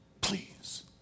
please